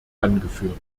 angeführt